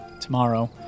tomorrow